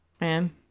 man